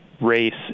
race